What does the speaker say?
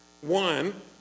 one